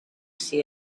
see